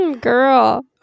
Girl